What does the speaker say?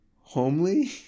homely